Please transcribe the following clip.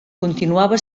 continuava